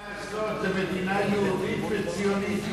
אין מה לעשות, זוהי מדינה יהודית וציונית.